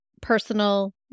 personal